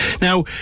Now